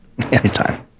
anytime